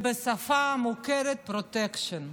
זה, בשפה מוכרת, פרוטקשן.